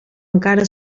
encara